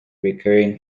recurring